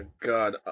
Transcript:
god